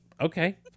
okay